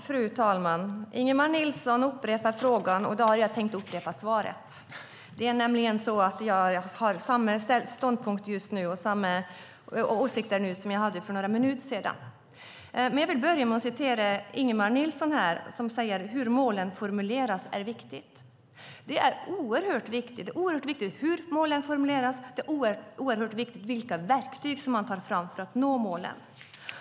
Fru talman! Ingemar Nilsson upprepar frågan, och då tänker jag upprepa svaret. Jag har samma ståndpunkt just nu och samma åsikter nu som jag hade för några minuter sedan. Jag vill börja med att upprepa det Ingemar Nilsson sade: Hur målen formuleras är viktigt. Det är oerhört viktigt hur målen formuleras och vilka verktyg man tar fram för att nå målen.